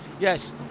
Yes